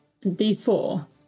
D4